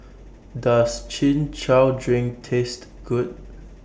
Does Chin Chow Drink Taste Good